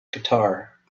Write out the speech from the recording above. guitar